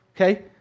okay